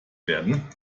werden